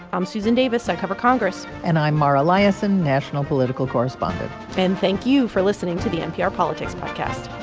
i'm susan davis. i cover congress and i'm mara liasson, national political correspondent and thank you for listening to the npr politics podcast